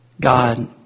God